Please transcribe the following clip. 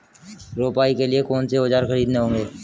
रोपाई के लिए कौन से औज़ार खरीदने होंगे?